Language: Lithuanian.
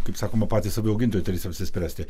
kaip sakoma patys avių augintojai turės apsispręsti